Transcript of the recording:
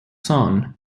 son